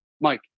mike